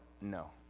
no